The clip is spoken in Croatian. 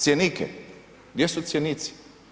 Cjenike, gdje su cjenici?